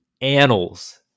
annals